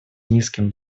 низким